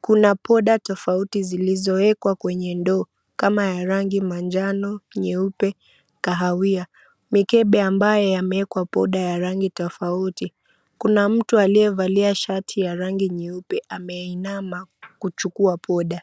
Kuna poda tofauti zilizowekwa kwenye ndoo, kama ya rangi manjano, nyeupe, kahawia. Mikebe ambaye yamewekwa boda ya rangi tofauti. Kuna mtu aliyevalia shati ya rangi nyeupe ameinama kuchukua poda.